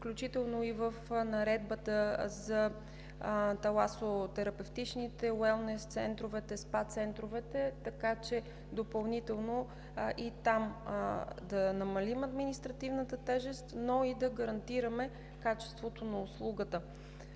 включително и в Наредбата за таласо-терапевтичните уелнес центрове, спа центровете, така че и там допълнително да намалим административната тежест, но и да гарантираме качеството на услугата.